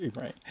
Right